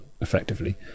effectively